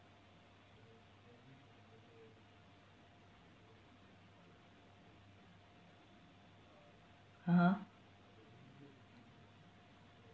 (uh huh)